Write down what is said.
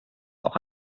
auch